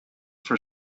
for